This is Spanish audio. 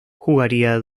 jugaría